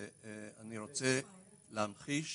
אני רוצה להמחיש